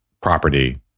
property